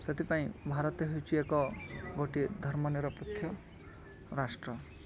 ସେଥିପାଇଁ ଭାରତ ହେଉଛି ଏକ ଗୋଟିଏ ଧର୍ମ ନିିରପେକ୍ଷ ରାଷ୍ଟ୍ର